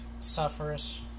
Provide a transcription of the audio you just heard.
suffers